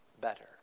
better